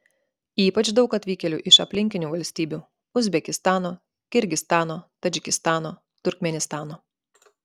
ypač daug atvykėlių iš aplinkinių valstybių uzbekistano kirgizstano tadžikistano turkmėnistano